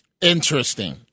interesting